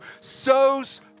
sows